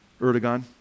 Erdogan